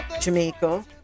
Jamaica